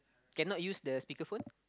cannot use the speaker phone